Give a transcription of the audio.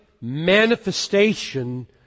manifestation